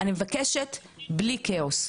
אני מבקשת בלי כאוס.